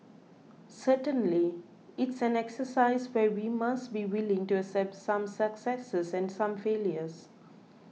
certainly it's an exercise where we must be willing to accept some successes and some failures